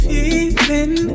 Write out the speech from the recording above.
Feeling